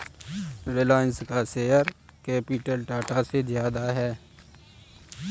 रिलायंस का share capital Tata से ज्यादा है